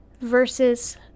versus